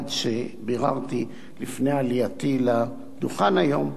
כשביררתי לפני עלייתי לדוכן היום,